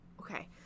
Okay